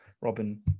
robin